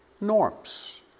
norms